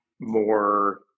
more